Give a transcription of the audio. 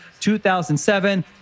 2007